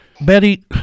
betty